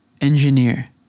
Engineer